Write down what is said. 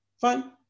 Fine